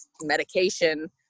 medication